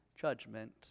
judgment